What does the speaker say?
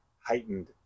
heightened